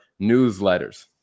newsletters